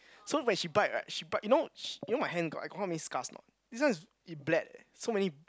so when she bite right she bite you know she you know my hand got I got how many scars or not this one is it bled eh so many